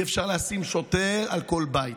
אי-אפשר לשים שוטר על כל בית.